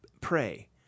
Pray